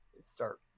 start